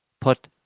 put